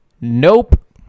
Nope